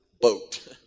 boat